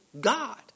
God